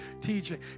TJ